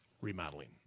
remodeling